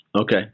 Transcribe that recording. Okay